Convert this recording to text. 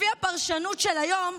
לפי הפרשנות של היום,